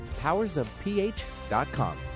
powersofph.com